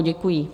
Děkuji.